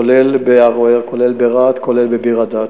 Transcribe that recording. כולל בערוער, כולל ברהט, כולל בביר-הדאג'.